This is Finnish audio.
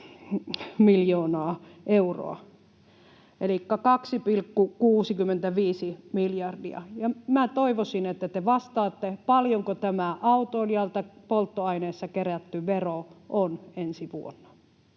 oli 2,65 miljardia. Minä toivoisin, että te vastaatte, paljonko tämä autoilijalta polttoaineissa kerätty vero on ensi vuonna